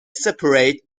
separate